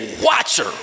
watcher